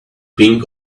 pink